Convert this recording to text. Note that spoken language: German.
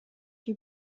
die